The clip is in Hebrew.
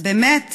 אז באמת